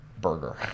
burger